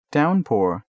Downpour